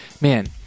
man